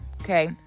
Okay